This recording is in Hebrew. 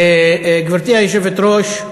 גברתי היושבת-ראש,